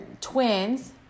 twins